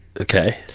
Okay